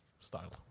style